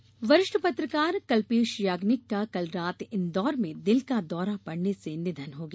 पत्रकार निधन वरिष्ठ पत्रकार कल्पेश याग्निक का कल रात इन्दौर में दिल का दौरा पड़ने से निधन हो गया